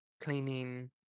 cleaning